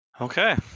Okay